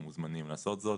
הם מוזמנים לעשות זאת.